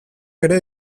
ere